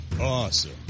awesome